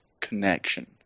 connection